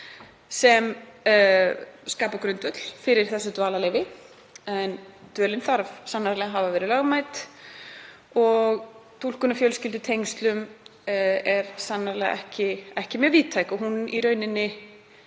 sem skapa grundvöll fyrir þessu dvalarleyfi en dvölin þarf sannarlega hafa verið lögmæt. Túlkun á fjölskyldutengslum er sannarlega ekki mjög víðtæk og hún á í rauninni